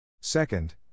Second